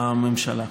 בממשלה.